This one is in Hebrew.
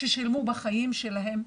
ששילמו בחיים שלהם,